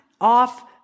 off